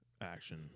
action